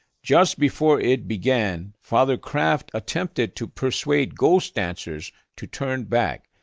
just before it began, father craft attempted to persuade ghost dancers to turn back,